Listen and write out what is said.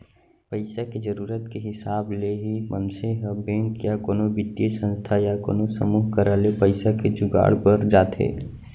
पइसा के जरुरत के हिसाब ले ही मनसे ह बेंक या कोनो बित्तीय संस्था या कोनो समूह करा ले पइसा के जुगाड़ बर जाथे